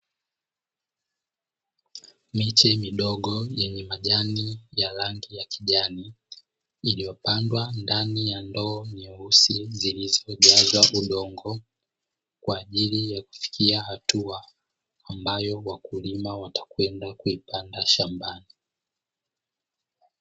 Miti midogo yenye majani ya rangi ya kijani iliyopandwa ndani ya ndoo nyeusi zilizojazwa udongo, kwa ajili ya kufikia hatua ambayo wakulima watakwenda kuipanda shambani.